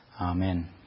Amen